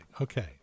Okay